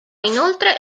inoltre